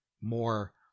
more